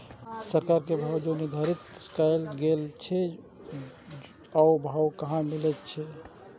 सरकार के भाव जे निर्धारित कायल गेल छै ओ भाव कहाँ मिले छै?